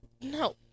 No